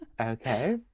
Okay